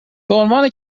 بعنوان